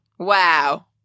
Wow